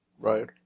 Right